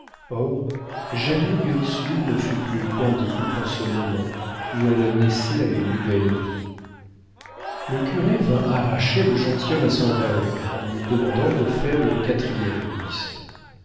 or jamais ursule ne fut plus candide qu'en ce moment où elle naissait à une nouvelle vie le curé vint arracher le gentilhomme à son rêve en lui demandant de faire le quatrième au whist